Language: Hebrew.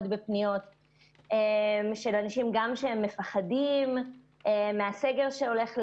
של פניות של אנשים שמפחדים מהסגר שהולך להגיע,